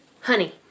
honey